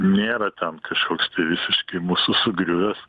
nėra ten kažkoks tai visiškai mūsų sugriuvęs